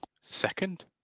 second